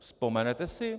Vzpomenete si?